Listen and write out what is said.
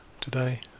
today